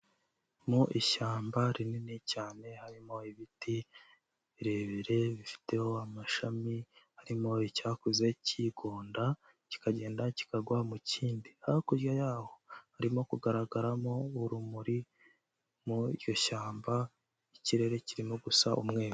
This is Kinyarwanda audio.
Mu ishyamba rinini cyane harimo ibiti birebire bifiteho amashami, harimo icyakuze cyikigonda kikagenda kikagwa mu kindi. Hakurya yaho harimo kugaragaramo urumuri mu iryo shyamba, ikirere kirimo gusa umweru.